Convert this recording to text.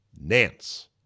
Nance